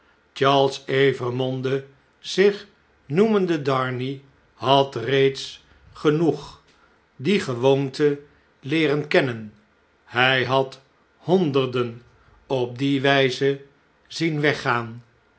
charles evremonde zich noemende darnay had reeds genoeg die gewoonte leeren kennen hjj had honderden op die wijze zien weggaan